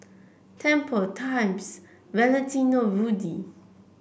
Tempur Times and Valentino Rudy